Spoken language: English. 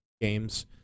games